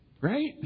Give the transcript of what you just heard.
Right